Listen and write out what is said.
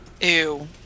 Ew